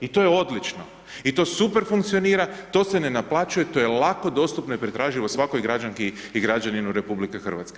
I to je odlično i to super funkcionira, to se ne naplaćuje, to je lako dostupno i pretraživo svakoj građanki i građaninu RH.